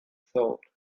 thought